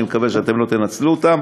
אני מקווה שאתם לא תנצלו אותן,